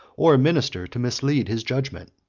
or a minister to mislead his judgment.